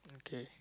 okay